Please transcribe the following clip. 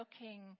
looking